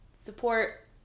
support